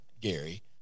Gary